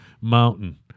mountain